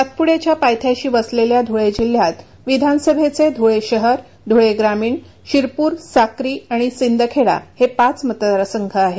सातपुड्याच्या पायथ्याशी वसलेल्या धुळे जिल्ह्यात विधानसभेचे धुळे शहर धुळे ग्रामीण शिरपूर साक्री आणि सिदखेडा हे पाच मतदारसंघ आहेत